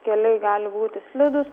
keliai gali būti slidūs